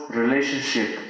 relationship